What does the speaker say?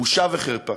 בושה וחרפה.